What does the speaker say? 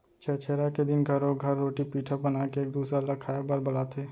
छेरछेरा के दिन घरो घर रोटी पिठा बनाके एक दूसर ल खाए बर बलाथे